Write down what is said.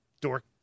dork